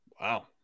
Wow